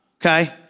okay